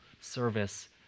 service